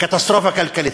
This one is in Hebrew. קטסטרופה כלכלית?